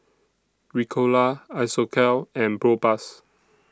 Ricola Isocal and Propass